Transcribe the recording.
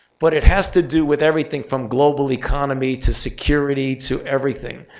but it has to do with everything from global economy, to security, to everything.